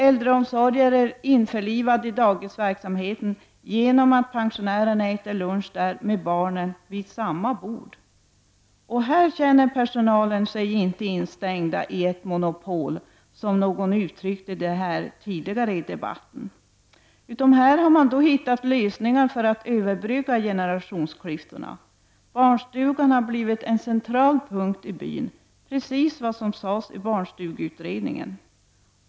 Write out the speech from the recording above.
Äldreomsorgen är införlivad i dagisverksamheten genom att pensionärerna äter lunch där, med barnen vid samma bord. Här känner sig personalen inte instängd i ett monopol, som någon uttryckte det här tidigare i debatten. Här har man hittat lösningar för att överbrygga generationsklyftorna. Barnstugan har blivit en central punkt i byn, precis vad som sades i barnstugeutredningen.